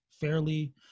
fairly